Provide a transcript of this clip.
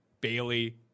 bailey